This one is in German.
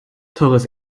teures